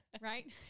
Right